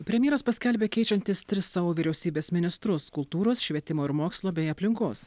premjeras paskelbė keičiantis tris savo vyriausybės ministrus kultūros švietimo ir mokslo bei aplinkos